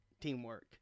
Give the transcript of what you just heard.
teamwork